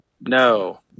No